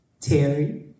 Terry